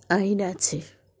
আইন আছে